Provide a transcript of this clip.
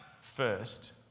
first